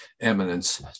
eminence